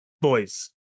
boys